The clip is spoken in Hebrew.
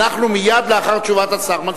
אנחנו מצביעים מייד לאחר תשובת השר.